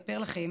ולספר לכם